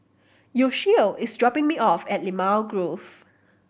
Yoshio is dropping me off at Limau Grove